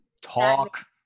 Talk